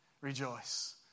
rejoice